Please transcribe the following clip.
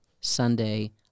Sunday